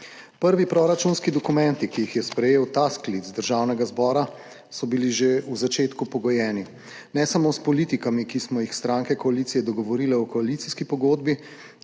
Prvi proračunski dokumenti, ki jih je sprejel ta sklic Državnega zbora, so bili že v začetku pogojeni ne samo s politikami, ki smo jih stranke koalicije dogovorile v koalicijski pogodbi